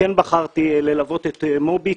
כן בחרתי ללוות את מובי,